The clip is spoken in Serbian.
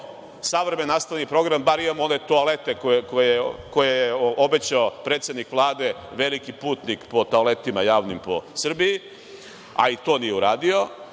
savremen nastavni program, bar imamo ove toalete koje je obećao predsednik Vlade, veliki putnik po javnim toaletima po Srbiji, a i to nije uradio